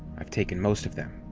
i've taken most of them.